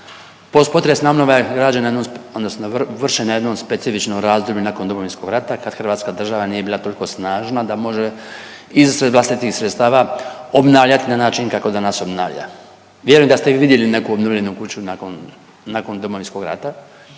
odnosno vršena je u jednom specifičnom razdoblju nakon Domovinskog rata kad Hrvatska država nije bila toliko snažna da može iz vlastitih sredstava obnavljati na način kako danas obnavlja. Vjerujem da ste vi vidjeli neku obnovljenu kuću nakon Domovinskog rata